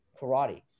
karate